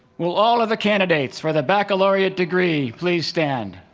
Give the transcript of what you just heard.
will all of the candidates for the baccalaureate degree please stand?